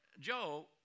Joe